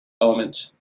element